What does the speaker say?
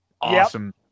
awesome